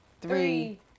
three